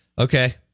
okay